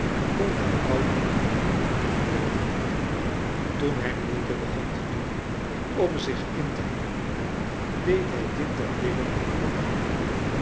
de oude man niet doof blijven toen hij moeite begon te doen om zich in te houden deed hij dit ter wille van haar